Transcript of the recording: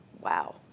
Wow